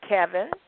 Kevin